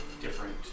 different